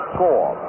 Score